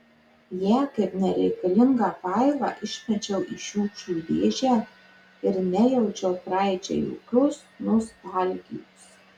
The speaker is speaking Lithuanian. ją kaip nereikalingą failą išmečiau į šiukšlių dėžę ir nejaučiau praeičiai jokios nostalgijos